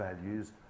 values